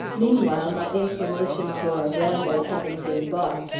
meanwhile, my inclination for a ramble having been balked,